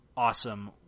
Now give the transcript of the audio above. awesome